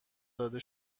داده